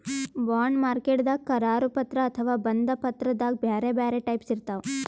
bond ಮಾರ್ಕೆಟ್ದಾಗ್ ಕರಾರು ಪತ್ರ ಅಥವಾ ಬಂಧ ಪತ್ರದಾಗ್ ಬ್ಯಾರೆ ಬ್ಯಾರೆ ಟೈಪ್ಸ್ ಇರ್ತವ್